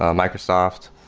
ah microsoft,